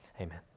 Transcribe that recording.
Amen